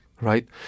right